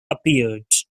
appeared